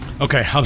Okay